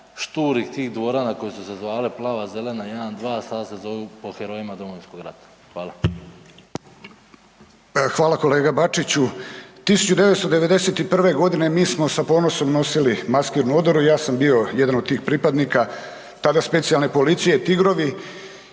šturih tih dvorana koje su se zvale plava, zelena, jedan, dva, sad se zovu upravo po herojima Domovinskog rata. Hvala. **Šarić, Josip (HDZ)** Hvala kolega Bačiću. 1991.g. mi smo sa ponosom nosili maskirnu odoru. Ja sam bio jedan od tih pripadnika tada specijalne policije Tigrovi